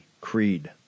creed